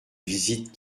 visites